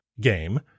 game